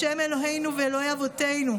ה' אלוהינו ואלוהי אבותינו,